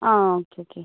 ആ okay okay